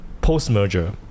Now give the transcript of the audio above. post-merger